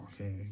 okay